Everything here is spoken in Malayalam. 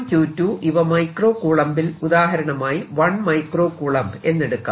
Q1 Q2 ഇവ മൈക്രോ കൂളംബിൽ ഉദാഹരണമായി 1 µC എന്നെടുക്കാം